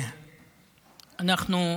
אנחנו,